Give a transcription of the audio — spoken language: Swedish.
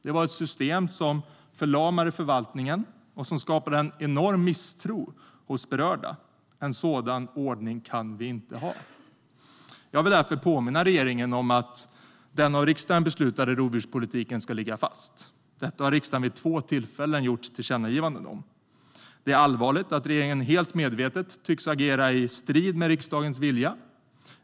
Det var ett system som förlamade förvaltningen och som skapade en enorm misstro hos berörda. En sådan ordning kan vi inte ha. Jag vill därför påminna regeringen om att den av riksdagen beslutade rovdjurspolitiken ska ligga fast. Detta har riksdagen vid två tillfällen gjort tillkännagivanden om. Det är allvarligt att regeringen helt medvetet tycks agera i strid med riksdagens vilja.